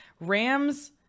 Rams